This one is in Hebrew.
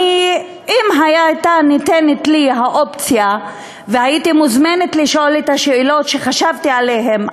אם הייתה ניתנת לי האופציה והייתי מוזמנת לשאול את השאלות שחשבתי עליהן,